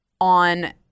on